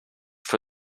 for